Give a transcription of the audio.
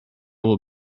will